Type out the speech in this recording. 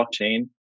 blockchain